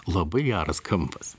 labai geras kampas